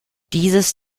dieses